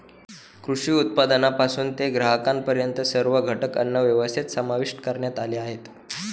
कृषी उत्पादनापासून ते ग्राहकांपर्यंत सर्व घटक अन्नव्यवस्थेत समाविष्ट करण्यात आले आहेत